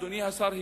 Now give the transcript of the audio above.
אדוני השר,